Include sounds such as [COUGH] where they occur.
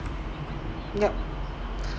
yup [BREATH]